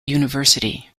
university